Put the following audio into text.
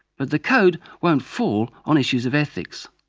but the code won't fall on issues of ethics.